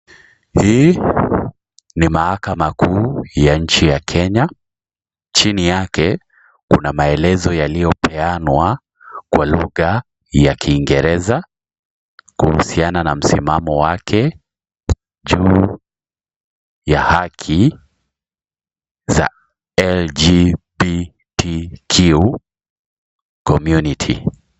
Hii ni mahakama kuu ya nchi ya Kenya, chini yake kuna maelezo yaliyopeanwa kwa lugha ya kingereza kuusiana na msimamo wake juu ya haki za LGBTQ community .